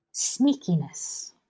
Sneakiness